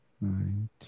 Nine